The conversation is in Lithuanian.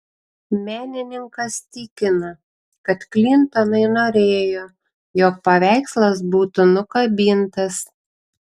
menininkas tikina kad klintonai norėjo jog paveikslas būtų nukabintas